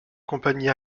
compagnie